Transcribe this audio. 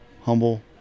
humble